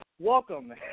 welcome